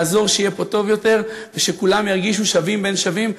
לעזור שיהיה פה טוב יותר ושכולם ירגישו שווים בין שווים,